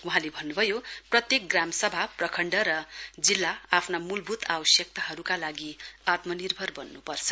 वहाँले भन्नुभयो प्रत्येक ग्राम सभा प्रखण्ड र जिल्ला आफ्ना मूलभूत आवश्यकताहरूका लागि आत्मनिर्भर बन्नु पर्छ